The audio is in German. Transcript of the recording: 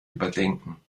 überdenken